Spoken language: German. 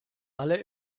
alle